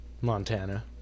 Montana